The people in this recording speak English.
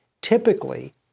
Typically